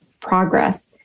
progress